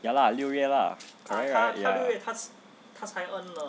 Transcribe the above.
ya lah 六月 lah correct lah ya